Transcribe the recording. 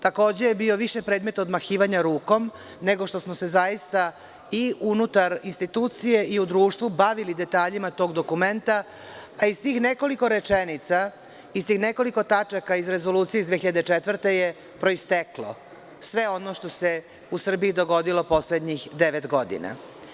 Takođe, je bio više predmet odmahivanja rukom, nego što smo se zaista i unutar institucije i u društvu bavili detaljima tog dokumenta, a iz tih nekoliko rečenica, iz tih nekoliko tačaka iz Rezolucije iz 2004. godine je proisteklo sve ono što se u Srbiji dogodilo poslednjih devet godina.